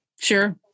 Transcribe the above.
Sure